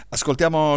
Ascoltiamo